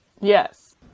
Yes